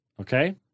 Okay